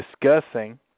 discussing